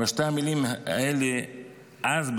אבל שתי המילים האלה אז,